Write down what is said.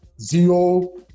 zero